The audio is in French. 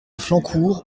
flancourt